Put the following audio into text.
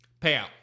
Payout